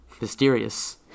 Mysterious